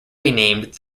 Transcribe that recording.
renamed